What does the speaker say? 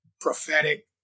prophetic